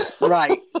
right